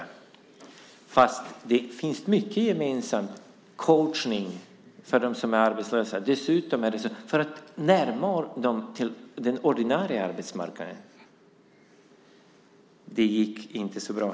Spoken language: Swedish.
Dock finns det mycket gemensamt, till exempel coachning för dem som är arbetslösa. När de kom till den ordinarie arbetsmarknaden gick det inte så bra.